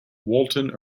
walton